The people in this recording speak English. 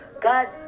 God